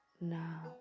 now